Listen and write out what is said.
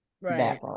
Right